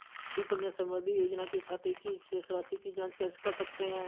सुकन्या समृद्धि योजना के खाते की शेष राशि की जाँच कैसे कर सकते हैं?